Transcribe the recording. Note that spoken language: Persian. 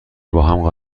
باهم